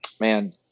Man